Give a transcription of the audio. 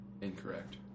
Incorrect